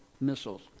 missiles